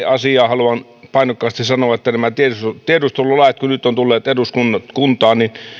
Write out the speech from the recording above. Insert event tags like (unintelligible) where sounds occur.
(unintelligible) asian haluan painokkaasti sanoa että kun nämä tiedustelulait nyt ovat tulleet eduskuntaan niin